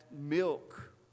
milk